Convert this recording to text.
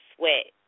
Sweat